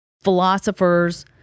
philosophers